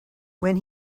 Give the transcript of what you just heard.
when